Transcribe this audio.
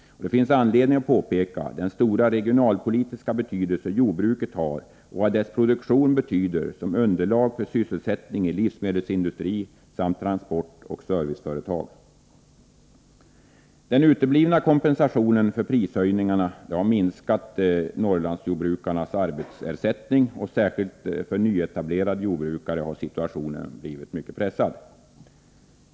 Det finns anledning att peka på den stora regionalpolitiska betydelse som jordbruket har och att framhålla vad dess produktion betyder som underlag för sysselsättning i livsmedelsindustri samt transportoch serviceföretag. Den uteblivna kompensationen för prishöjningarna har minskat Norrlandsjordbrukarnas arbetsersättning, och särskilt för nyetablerade jordbrukare har situationen blivit mycket pressad.